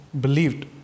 believed